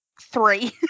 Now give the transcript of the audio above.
three